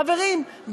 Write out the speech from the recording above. חברים,